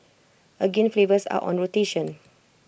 again flavours are on rotation